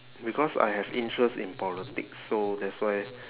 because I have interest in politics so that's why